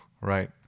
right